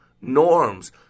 Norms